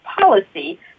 policy